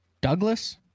Douglas